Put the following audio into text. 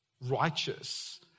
righteous